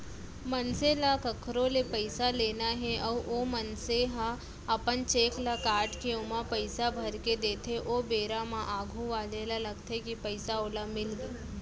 मनसे ल कखरो ले पइसा लेना हे अउ ओ मनसे ह अपन चेक ल काटके ओमा पइसा भरके देथे ओ बेरा म आघू वाले ल लगथे कि पइसा ओला मिलगे